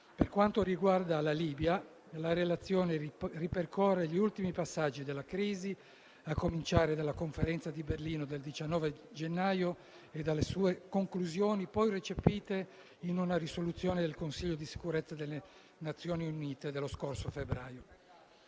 Per quanto riguarda la Libia, la relazione ripercorre gli ultimi passaggi della crisi a cominciare dalla conferenza di Berlino del 19 gennaio e dalle sue conclusioni, poi recepite in una risoluzione del Consiglio di sicurezza delle Nazioni unite dello scorso febbraio.